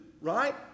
Right